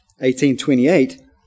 18.28